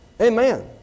Amen